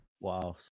Wow